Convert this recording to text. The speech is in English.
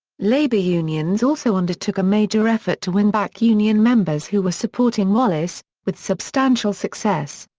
labor unions also undertook a major effort to win back union members who were supporting wallace, with substantial success.